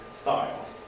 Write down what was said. styles